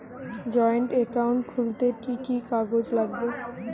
Joint account খুলতে কি কি কাগজ লাগবে?